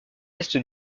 est